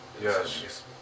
Yes